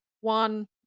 one